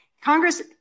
Congress